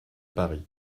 paris